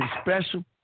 special